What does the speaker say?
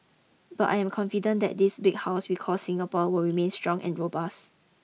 but I am confident that this big house we call Singapore will remain strong and robust